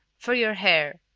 for your hair.